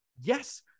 yes